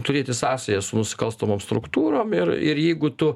turėti sąsają su nusikalstamom struktūrom ir ir jeigu tu